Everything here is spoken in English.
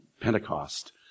Pentecost